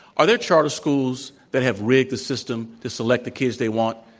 are there charter schools that have rigged the system to select the kids they want?